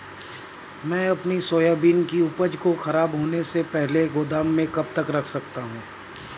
मैं अपनी सोयाबीन की उपज को ख़राब होने से पहले गोदाम में कब तक रख सकता हूँ?